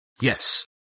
Yes